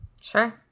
Sure